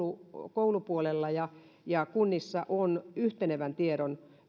koulupuolella ja ja kunnissa on yhtenevän tiedon